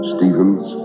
Stevens